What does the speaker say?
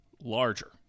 larger